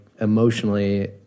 emotionally